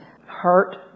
hurt